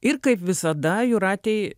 ir kaip visada jūratei